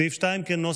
סעיף 2, כהצעת